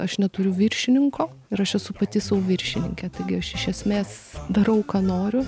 aš neturiu viršininko ir aš esu pati sau viršininkė taigi aš iš esmės darau ką noriu